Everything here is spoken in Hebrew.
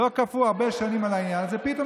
לא כפו הרבה שנים את העניין הזה ופתאום